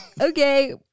okay